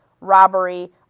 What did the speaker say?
robbery